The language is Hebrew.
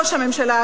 ראש הממשלה,